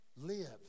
live